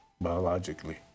biologically